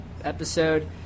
episode